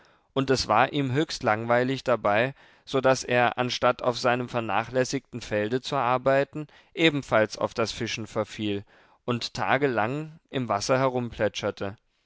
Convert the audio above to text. und es war ihm höchst langweilig dabei so daß er anstatt auf seinem vernachlässigten felde zu arbeiten ebenfalls auf das fischen verfiel und tagelang im wasser herumplätscherte